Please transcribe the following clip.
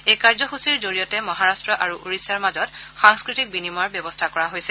এই কাৰ্যসূচীৰ জৰিয়তে মহাৰাট্ট আৰু ওড়িশাৰ মাজত সাংস্থতিক বিনিময়ৰ ব্যৱস্থা কৰা হৈছে